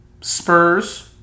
Spurs